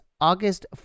August